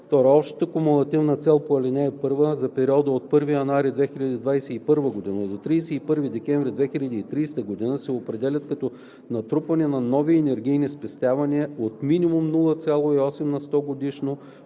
(2) Общата кумулативна цел по ал. 1 за периода от 1 януари 2021 г. до 31 декември 2030 г. се определя като натрупване на нови енергийни спестявания от минимум 0,8 на сто годишно